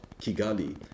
Kigali